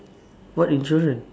what insurance